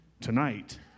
tonight